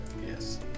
Yes